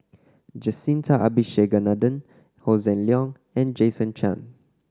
Jacintha Abisheganaden Hossan Leong and Jason Chan